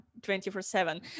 24/7